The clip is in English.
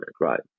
right